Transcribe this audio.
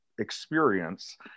experience